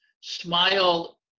smile